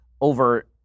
over